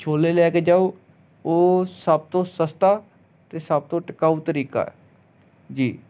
ਛੋਲੇ ਲੈ ਕੇ ਜਾਓ ਉਹ ਸਭ ਤੋਂ ਸਸਤਾ ਅਤੇ ਸਭ ਤੋਂ ਟਿਕਾਊ ਤਰੀਕਾ ਜੀ